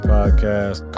Podcast